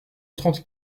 trente